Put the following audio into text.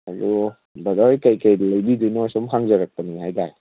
ꯑꯗꯣ ꯕ꯭ꯔꯗꯔ ꯀꯔꯤ ꯀꯔꯤ ꯂꯩꯕꯤꯗꯣꯏꯅꯣ ꯁꯨꯝ ꯍꯩꯖꯔꯛꯄꯅꯦ ꯍꯥꯏꯇꯥꯔꯦ